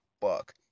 fuck